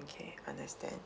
okay understand